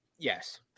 Yes